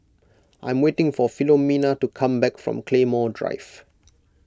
I'm waiting for Filomena to come back from Claymore Drive